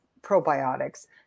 probiotics